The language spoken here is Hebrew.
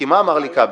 אמר כבל,